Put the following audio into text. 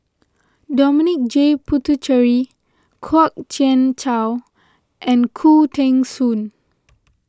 Dominic J Puthucheary Kwok Kian Chow and Khoo Teng Soon